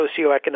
socioeconomic